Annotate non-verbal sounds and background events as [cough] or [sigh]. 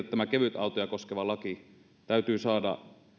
[unintelligible] tämä kevytautoja koskeva laki täytyy saada